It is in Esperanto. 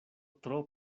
tro